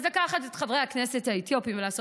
אז לקחת את חברי הכנסת האתיופים ולעשות